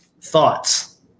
Thoughts